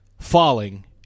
falling